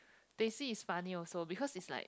Teh C is funny also because it's like